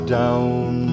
down